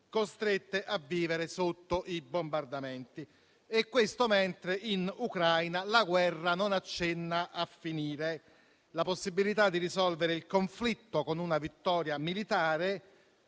costrette a vivere sotto i bombardamenti. E questo avviene mentre in Ucraina la guerra non accenna a finire. La possibilità di risolvere il conflitto con una vittoria militare,